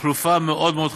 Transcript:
התחלופה מאוד מאוד חשובה,